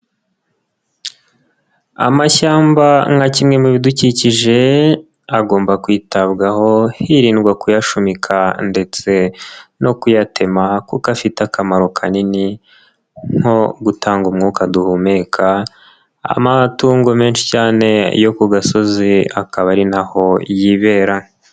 Amashyamba nka kimwe mu bidukikije agomba kwitabwaho, hirindwa kuyashumika ndetse no kuyatema kuko afite akamaro kanini, nko gutanga umwuka duhumeka, amatungo menshi cyane yo ku gasozi akaba ari naho yibera.